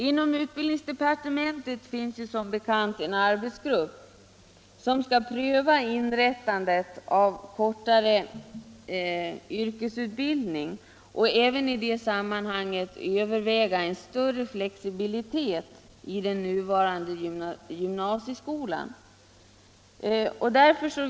Inom utbildningsdepartementet finns det som bekant en arbetsgrupp som skall pröva inrättandet av kortare yrkesutbildning och även överväga en större flexibilitet i den nuvarande gymnasieskolan.